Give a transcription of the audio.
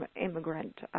immigrant